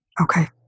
Okay